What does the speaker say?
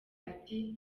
ati